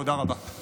תודה רבה.